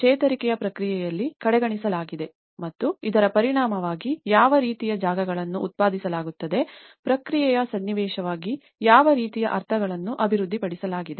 ಚೇತರಿಕೆಯ ಪ್ರಕ್ರಿಯೆಯಲ್ಲಿ ಕಡೆಗಣಿಸಲಾಗಿದೆ ಮತ್ತು ಇದರ ಪರಿಣಾಮವಾಗಿ ಯಾವ ರೀತಿಯ ಜಾಗಗಳನ್ನು ಉತ್ಪಾದಿಸಲಾಗುತ್ತದೆ ಮತ್ತು ಪ್ರತಿಕ್ರಿಯೆಯ ಸನ್ನಿವೇಶವಾಗಿ ಯಾವ ರೀತಿಯ ಅರ್ಥಗಳನ್ನು ಅಭಿವೃದ್ಧಿಪಡಿಸಲಾಗಿದೆ